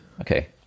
Okay